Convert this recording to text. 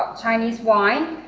chinese wine